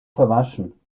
verwaschen